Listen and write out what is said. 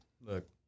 look